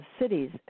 cities